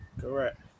Correct